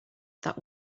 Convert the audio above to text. that